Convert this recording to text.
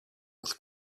with